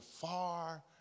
far